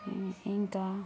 ఇంకా